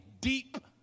deep